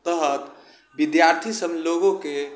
तहत विद्यार्थी सब लोगोके